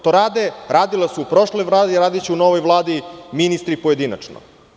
To rade, radila su u prošloj Vladi, radiće u novoj Vladi ministri pojedinačno.